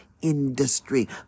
industry